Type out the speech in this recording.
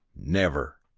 never!